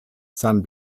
san